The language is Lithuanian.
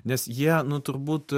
nes jie nu turbūt